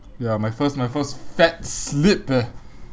ya my first my first fat slip eh